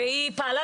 ויכול להיות